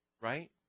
right